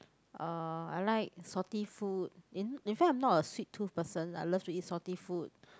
uh I like salty food in in fact I'm not a sweet tooth person I love to eat salty food